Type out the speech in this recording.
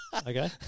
Okay